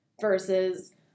versus